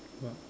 what